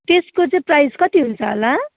त्यसको चाहिँ प्राइस कति हुन्छ होला